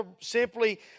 simply